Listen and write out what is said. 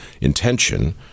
intention